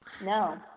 No